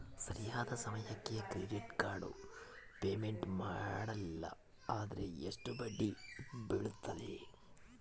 ಸರಿಯಾದ ಸಮಯಕ್ಕೆ credit card payment ಮಾಡಲಿಲ್ಲ ಅಂದ್ರೆ ಎಷ್ಟು ಬಡ್ಡಿ ಬೇಳ್ತದ?